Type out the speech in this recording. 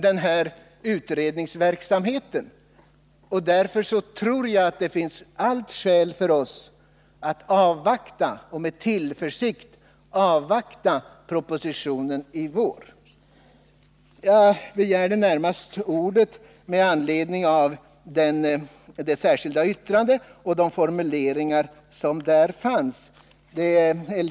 Därför tror jag att det finns allt skäl för oss att med tillförsikt avvakta propositionen i vår. Jag begärde ordet närmast med anledning av det särskilda yttrandet och de formuleringar som där finns.